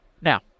Now